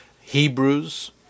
Hebrews